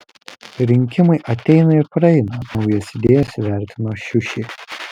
rinkimai ateina ir praeina naujas idėjas įvertino šiušė